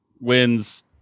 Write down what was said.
wins